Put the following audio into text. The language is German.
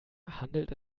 handelt